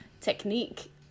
technique